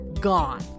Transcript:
gone